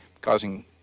causing